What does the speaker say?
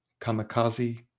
kamikaze